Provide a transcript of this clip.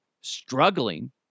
struggling